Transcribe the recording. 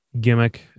gimmick